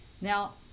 Now